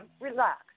Relax